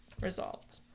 resolved